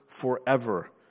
forever